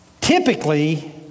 Typically